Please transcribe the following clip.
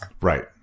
Right